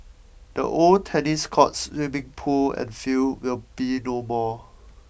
the old tennis courts swimming pool and field will be no more